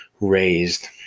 raised